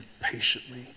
patiently